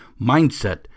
Mindset